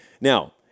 Now